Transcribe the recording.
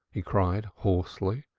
he cried hoarsely.